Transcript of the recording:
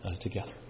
together